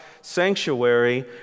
sanctuary